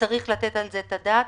וצריך לתת על זה את הדעת